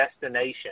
destination